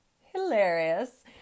hilarious